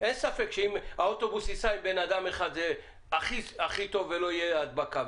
אין ספק שאם האוטובוס ייסע עם בן אדם אחד זה הכי טוב ולא תהיה הדבקה.